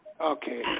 okay